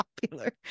popular